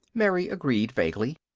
mary agreed vaguely.